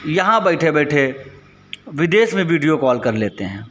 यहाँ बैठे बैठे विदेश में वीडियो काल कर लेते हैं